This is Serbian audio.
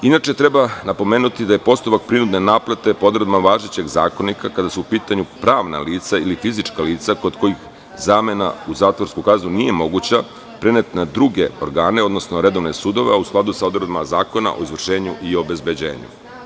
Inače, treba napomenuti da je postupak prinudne naplate po odredbama važećeg Zakonika, kada su u pitanju pravna lica ili fizička lica, kod kojih zamena u zatvorsku kaznu nije moguća, preneti na druge organe, odnosno redovne sudove, a u skladu sa odredbama Zakona o izvršenju i obezbeđenju.